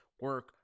Work